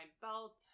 belt